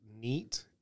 neat